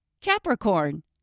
Capricorn